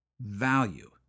Value